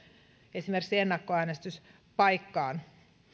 esimerkiksi ennakkoäänestyspaikkaan